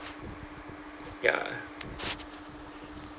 ya